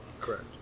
Correct